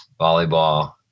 volleyball